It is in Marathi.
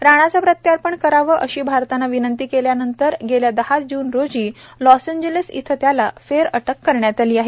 राणाचं प्रत्यार्पण करावं अशी भारतानं विनंती केल्यानंतर गेल्या दहा जून रोजी लॉस एंजल्स इथं त्याला फेरअटक करण्यात आली आहे